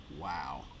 Wow